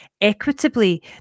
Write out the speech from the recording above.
equitably